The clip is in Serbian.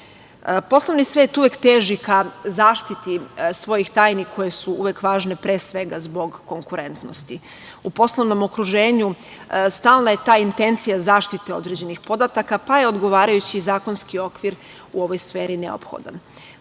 svet uvek teži ka zaštiti svojih tajni koje su uvek važne pre svega zbog konkurentnosti. U poslovnom okruženju stalna je ta intencija zaštite određenih podataka, pa je odgovarajući zakonski okvir u ovoj sferi neophodan.